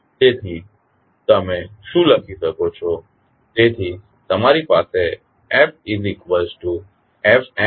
તેથી તમે શું લખી શકો છો તેથી તમારી પાસે FFmFbFk છે